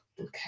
Okay